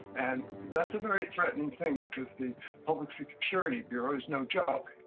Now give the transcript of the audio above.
and that's a very threatening thing, because the public security bureau is no joke.